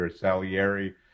Salieri